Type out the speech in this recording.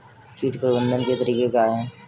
कीट प्रबंधन के तरीके क्या हैं?